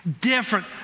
different